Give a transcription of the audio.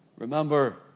Remember